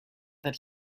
that